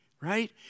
right